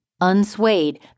Unswayed